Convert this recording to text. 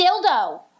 dildo